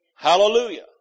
Hallelujah